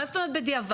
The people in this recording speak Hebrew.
מה זאת אומרת בדיעבד?